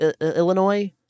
Illinois